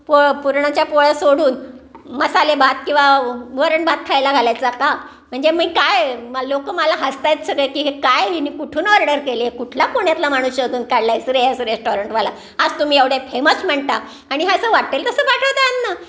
पोळ पुरणाच्या पोळ्या सोडून मसालेभात किंवा वरणभात खायला घालायचा का म्हणजे मी काय लोक मला हसत आहेत सगळे की हे हिने कुठून ऑर्डर केली आहे कुठला पुण्यातला माणूस शोधून काढला आहे श्रेयस रेस्टॉरंटवाला आज तुम्ही एवढे फेमस म्हणता आणि हा असं वाटेल तसं पाठवता अन्न